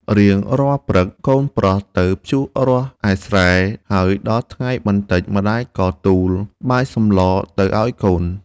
រៀងរាល់ព្រឹក កូនប្រុសទៅភ្ជួររាស់ឯស្រែ ហើយដល់ថ្ងៃបន្តិចម្ដាយក៏ទូលបាយសម្លទៅឲ្យកូន។